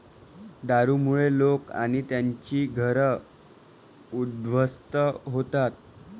दारूमुळे लोक आणि त्यांची घरं उद्ध्वस्त होतात